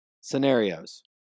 Scenarios